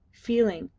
feeling,